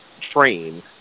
train